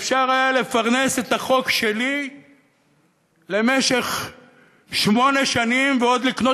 ואפשר היה לפרנס את החוק שלי למשך שמונה שנים ועוד לקנות,